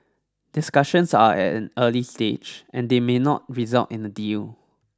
discussions are at an early stage and they may not result in a deal